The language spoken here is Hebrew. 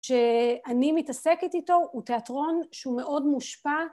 שאני מתעסקת איתו הוא תיאטרון שהוא מאוד מושפע.